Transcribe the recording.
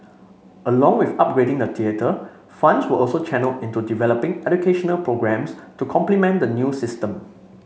along with upgrading the theatre funds were also channelled into developing educational programmes to complement the new system